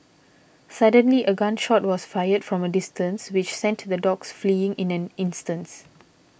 suddenly a gun shot was fired from a distance which sent the dogs fleeing in an instant